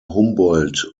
humboldt